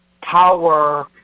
power